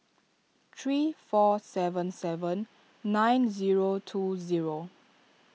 three four seven seven nine zero two zero